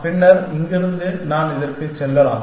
பின்னர் இங்கிருந்து நான் இதற்கு செல்லலாம்